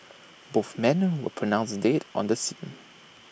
both men were pronounced dead on the scene